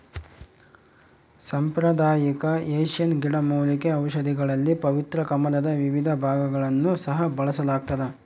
ಸಾಂಪ್ರದಾಯಿಕ ಏಷ್ಯನ್ ಗಿಡಮೂಲಿಕೆ ಔಷಧಿಗಳಲ್ಲಿ ಪವಿತ್ರ ಕಮಲದ ವಿವಿಧ ಭಾಗಗಳನ್ನು ಸಹ ಬಳಸಲಾಗ್ತದ